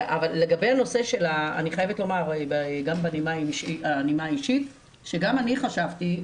אני חייבת לומר גם בנימה אישית שגם אני חשבתי,